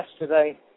yesterday